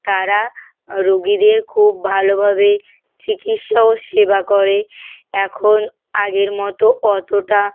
তারা রোগীদের খুব ভালোভাবে চিকিৎসা ও সেবা করে এখন আগের মতো অতটা